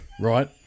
right